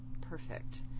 perfect